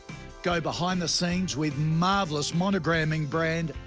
go behind the scenes with marvelous monogramming brand,